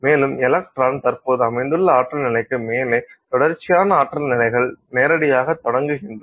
மேலும் எலக்ட்ரான் தற்போது அமைந்துள்ள ஆற்றல் நிலைக்கு மேலே தொடர்ச்சியான ஆற்றல் நிலைகள் நேரடியாகத் தொடங்குகின்றன